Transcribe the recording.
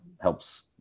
Helps